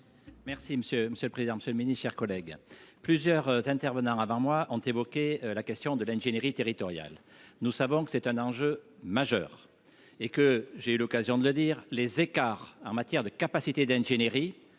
monsieur le président, Monsieur le mini-chers collègues, plusieurs intervenants avant moi ont évoqué la question de l'ingénierie territoriale, nous savons que c'est un enjeu majeur et que j'ai eu l'occasion de le dire, les écarts en matière de capacité d'ingénierie,